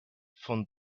von